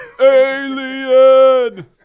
alien